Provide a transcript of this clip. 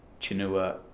Chinua